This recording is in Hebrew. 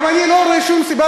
גם אני לא רואה שום סיבה,